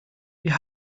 wir